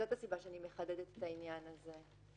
זו הסיבה שאני מחדדת את העניין הזה.